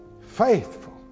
Faithful